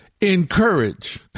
encourage